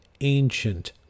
ancient